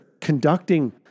conducting